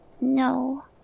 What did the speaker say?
No